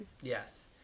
yes